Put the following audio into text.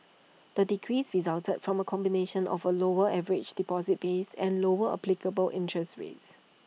the decrease resulted from A combination of A lower average deposits base and lower applicable interest rates